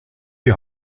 die